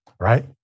right